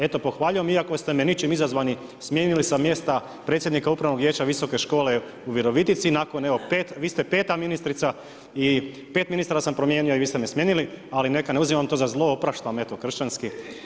Eto pohvaljujem iako ste me ničim izazvani smijenili s mjesta predsjednika Upravnog vijeća Visoke škole u Virovitice i vi ste peta ministrica i pet ministara sam promijenio i vi ste me smijenili, ali neka ne uzimam vam to za zlo, opraštam vam eto kršćanski.